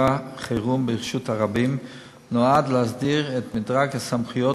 חירום ברשות הרבים נועד להסדיר את מדרג הסמכויות